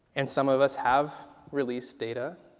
and some of us have released data